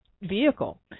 vehicle